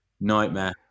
Nightmare